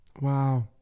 Wow